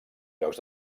llocs